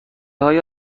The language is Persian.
های